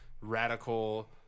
radical